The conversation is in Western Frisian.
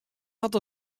hat